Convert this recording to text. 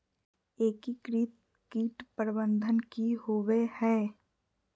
एकीकृत कीट प्रबंधन की होवय हैय?